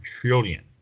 trillion